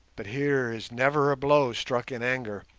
but here is never a blow struck in anger,